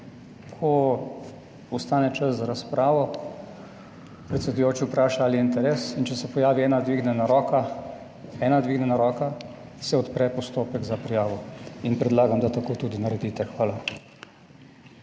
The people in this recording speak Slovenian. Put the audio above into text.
Ko ostane čas za razpravo, predsedujoči vpraša ali je interes in če se pojavi ena dvignjena roka, - ena dvignjena roka, - se odpre postopek za prijavo in predlagam, da tako tudi naredite. Hvala.